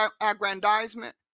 aggrandizement